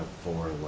four